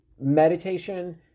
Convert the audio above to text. meditation